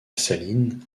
saline